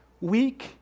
weak